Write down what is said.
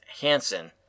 Hansen